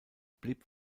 blieb